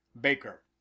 Baker